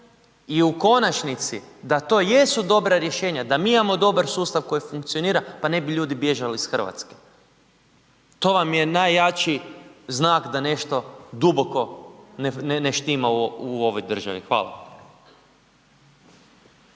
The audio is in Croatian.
i u konačnici da to jesu dobra rješenja, da mi imamo dobar sustav koji funkcionira, pa ne bi ljudi bježali iz RH. To vam je najjači znak da nešto duboko ne štima u ovoj državi. Hvala.